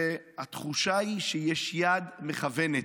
התחושה היא שיש יד מכוונת.